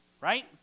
right